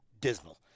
dismal